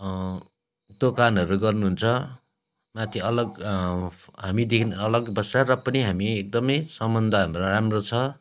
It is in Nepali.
दोकानहरू गर्नुहुन्छ माथि अलगै हामीदेखि अलगै बस्छ र पनि हामी एकदमै सम्बन्ध हाम्रो राम्रो छ